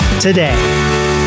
today